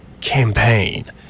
campaign